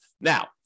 Now